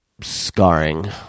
scarring